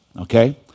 okay